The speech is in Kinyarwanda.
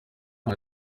nta